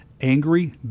angry